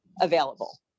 available